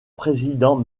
président